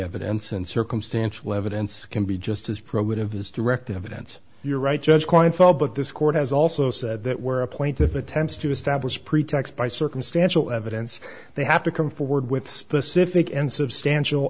evidence and circumstantial evidence can be just as probative as direct evidence you're right judge point thought but this court has also said that were a point of attempts to establish pretext by circumstantial evidence they have to come forward with specific and substantial